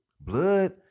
Blood